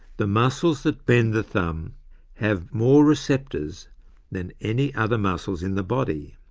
the muscles that bend the thumb have more receptors than any other muscles in the body.